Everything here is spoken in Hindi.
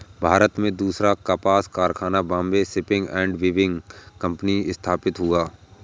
भारत में दूसरा कपास कारखाना Bombay spinning and weaving company स्थापित हुआ